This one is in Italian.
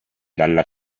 dalla